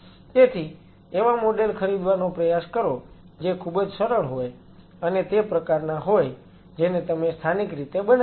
તેથી એવા મોડેલ ખરીદવાનો પ્રયાસ કરો જે ખૂબ જ સરળ હોય અને તે પ્રકારનાં હોય જેને તમે સ્થાનિક રીતે બનાવી શકો